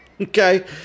Okay